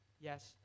Yes